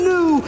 New